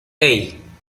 hey